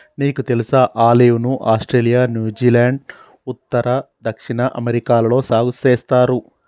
నీకు తెలుసా ఆలివ్ ను ఆస్ట్రేలియా, న్యూజిలాండ్, ఉత్తర, దక్షిణ అమెరికాలలో సాగు సేస్తారు